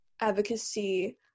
advocacy